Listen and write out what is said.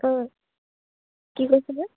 অঁ কি কৈছিলে